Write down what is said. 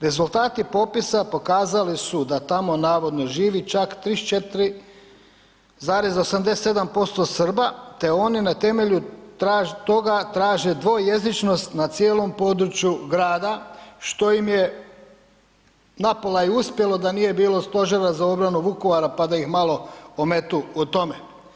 Rezultati popisa pokazali su da tamo navodno živi čak 34,87% Srba te oni na temelju toga traže dvojezičnost na cijelom području grada, što im je napola i uspjelo da nije bilo Stožera za obranu Vukovara, pa da ih malo ometu u tome.